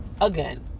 again